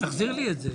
אבל תחזיר לי את זה.